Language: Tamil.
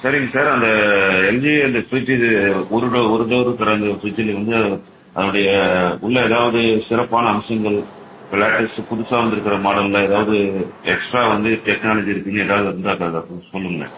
சரிங்க சார் அந்த எல்ஜி அந்த ஃப்ரிட்ஜி இது ஒரு டோர் ஒரு டோர் இருக்கிற அந்த ஃப்ரிட்ஜில் வந்து அதனுடைய உள்ள எதாவது சிறப்பான அம்சங்கள் புதுசாக வந்துருக்க மாடலில் எதாவது எக்ஸ்ட்ரா வந்து டெக்னாலஜி இருக்குன்னு எதாவது இருந்தால் சொல்லுங்கள்